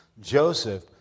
Joseph